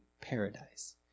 paradise